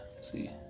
see